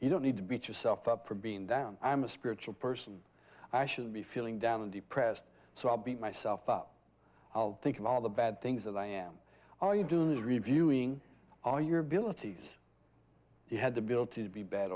you don't need to beat yourself up for being down i'm a spiritual person i shouldn't be feeling down and depressed so i'll beat myself up i'll think of all the bad things that i am all you doing is reviewing all your abilities it had to be able to be bad